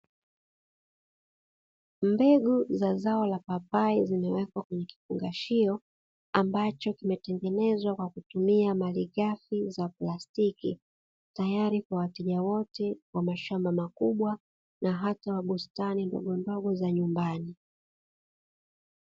Mbegu za zao la papai zimewekwa kwenye kifungashio, ambacho kimetengenezwa kwa kutumia malighafi za plastiki, tayari kwa wateja wote wa mashamba makubwa na hata wa bustani ndogo ndogo za nyumbani.